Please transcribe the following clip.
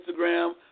Instagram